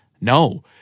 No